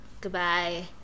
Goodbye